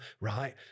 right